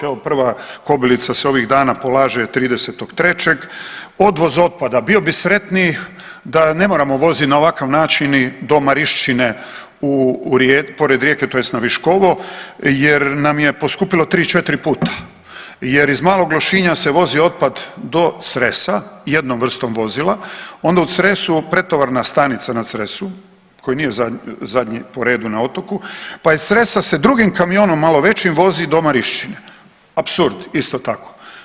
Evo prva kobilica se ovih dana polaže 30.3., odvoz otpada bio bi sretniji da ne moramo vozit na ovakav način i do Marišćine u, pored Rijeke tj. na Viškovo jer nam je poskupilo 3-4 puta jer iz Malog Lošinja se vozi otpad do Cresa jednom vrstom vozila, onda u Cresu pretovarna stanica na Cresu koji nije zadnji po redu na otoku, pa iz Cresa se drugim kamionom malo većim vozi do Marinšćine, apsurd isto tako.